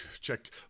check